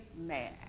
mad